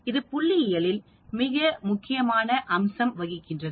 இது புள்ளியியலில் மிக முக்கியமான அம்சம் வகிக்கிறது